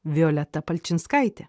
violeta palčinskaitė